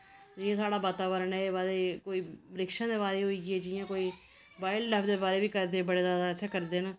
एह् साढ़ा बातावरण ऐ एह् महाराज कोई बृक्षें दे बारे च होई गे जियां कोई बाईल्ड लाइफ दे बारे च बी करदे न बड़े ज्यादा इत्थै करदे न